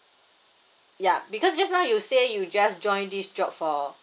ya because just now you say you just join this job for